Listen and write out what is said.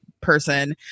person